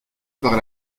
par